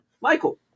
michael